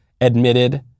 admitted